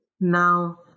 now